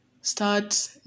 Start